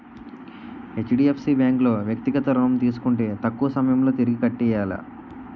HDFC bank లో వ్యక్తిగత ఋణం తీసుకుంటే తక్కువ సమయంలో తిరిగి కట్టియ్యాల